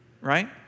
right